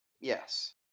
Yes